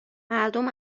مردم